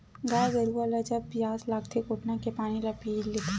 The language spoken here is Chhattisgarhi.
गाय गरुवा ल जब पियास लागथे कोटना के पानी ल पीय लेथे